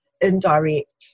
indirect